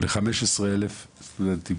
כסף ל-15,000 סטודנטים.